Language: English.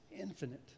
infinite